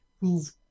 who've